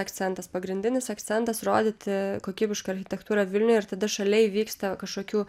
akcentas pagrindinis akcentas rodyti kokybišką architektūrą vilniuj ir tada šalia įvyksta kažkokių